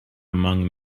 among